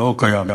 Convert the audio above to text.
לא קיים,